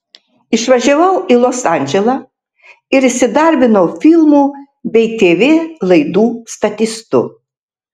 išvažiavau į los andželą ir įsidarbinau filmų bei tv laidų statistu